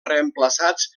reemplaçats